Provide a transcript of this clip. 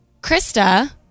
Krista